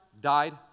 died